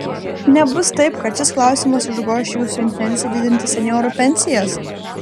nebus taip kad šis klausimas užgoš jūsų intenciją didinti senjorų pensijas